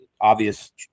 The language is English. obvious